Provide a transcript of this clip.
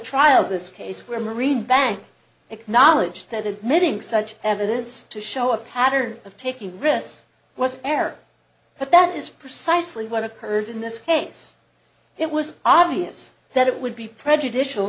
trial this case where marine bank acknowledged that admitting such evidence to show a pattern of taking risks was fair but that is precisely what occurred in this case it was obvious that it would be prejudicial